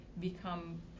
become